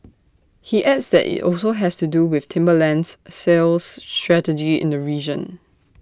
he adds that IT also has to do with Timberland's sales strategy in the region